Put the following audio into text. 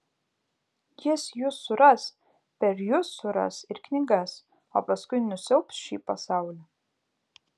jis jus suras per jus suras ir knygas o paskui nusiaubs šį pasaulį